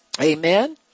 Amen